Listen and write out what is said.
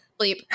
bleep